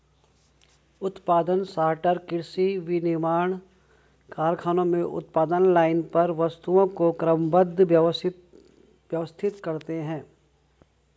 उत्पादन सॉर्टर कृषि, विनिर्माण कारखानों में उत्पादन लाइन पर वस्तुओं को क्रमबद्ध, व्यवस्थित करते हैं